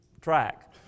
track